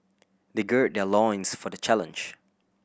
they gird their loins for the challenge